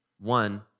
one